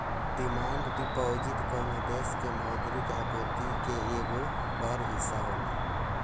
demand deposit कवनो देश के मौद्रिक आपूर्ति के एगो बड़ हिस्सा होला